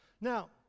Now